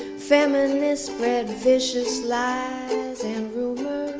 feminists spread vicious lies and rumors.